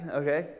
okay